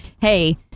hey